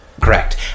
correct